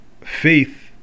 faith